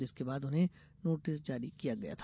जिसके बाद उन्हें नोटिस जारी किया गया था